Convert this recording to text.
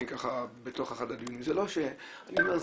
זה דור שיילך,